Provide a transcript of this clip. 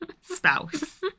spouse